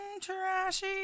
Trashy